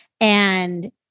And-